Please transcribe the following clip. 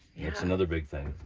yeah. that's another big thing.